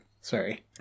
Sorry